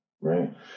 right